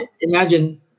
imagine